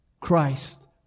Christ